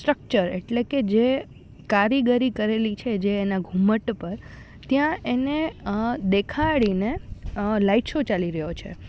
structure એટલે કે જે કારીગરી કરેલી છે જે એના ઘુમ્મટ પર ત્યાં એને દેખાડીને લાઇટ શો ચાલી રહ્યો છે